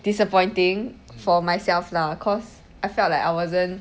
disappointing for myself lah cause I felt like I wasn't